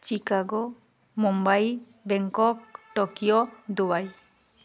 Chicago Mumbai Bangkok Tokyo Dubai